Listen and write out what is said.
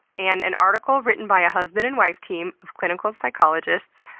and an article written by a husband and wife team of clinical psychologists,